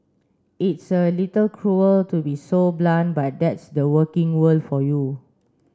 it's a little cruel to be so blunt but that's the working world for you